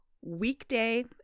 weekday